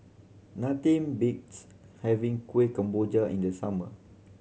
nothing beats having Kuih Kemboja in the summer